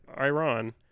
Iran